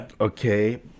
okay